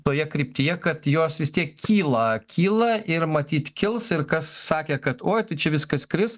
toje kryptyje kad jos vis tiek kyla kyla ir matyt kils ir kas sakė kad oi čia viskas kris